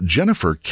Jennifer